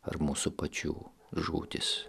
ar mūsų pačių žūtis